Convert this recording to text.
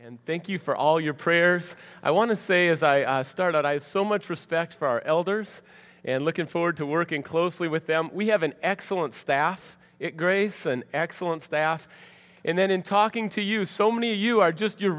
and thank you for all your prayers i want to say as i start out i have so much respect for our elders and looking forward to working closely with them we have an excellent staff grace an excellent staff and then in talking to you so many you are just you re